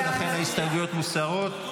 ולכן ההסתייגויות מוסרות.